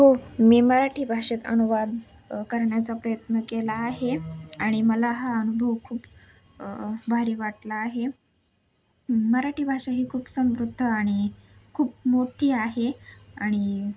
हो मी मराठी भाषेत अनुवाद करण्याचा प्रयत्न केला आहे आणि मला हा अनुभव खूप भारी वाटला आहे मराठी भाषा ही खूप समृद्ध आणि खूप मोठी आहे आणि